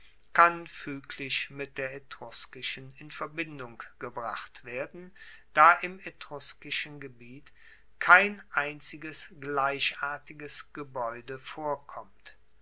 kann fueglich mit der etruskischen in verbindung gebracht werden da im etruskischen gebiet kein einziges gleichartiges gebaeude vorkommt